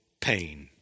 pain